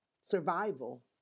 Survival